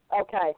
Okay